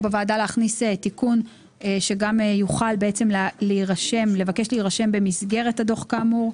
בוועדה להכניס תיקון שגם יוכל לבקש להירשם "במסגרת הדוח כאמור".